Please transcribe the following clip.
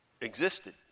existed